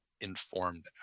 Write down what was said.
informed